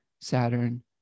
Saturn